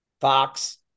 Fox